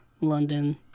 London